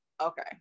okay